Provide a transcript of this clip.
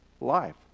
life